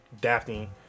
Daphne